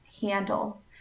handle